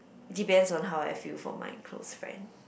depends on how I feel for my close friend